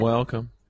Welcome